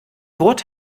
wort